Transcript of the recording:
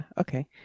Okay